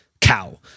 cow